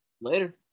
Later